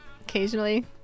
occasionally